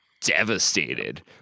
devastated